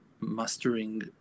mastering